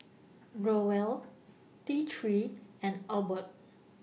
Growell T three and Abbott